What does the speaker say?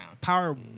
Power